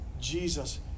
Jesus